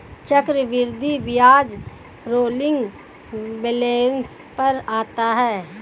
चक्रवृद्धि ब्याज rolling balance पर आता है